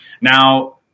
Now